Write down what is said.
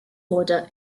order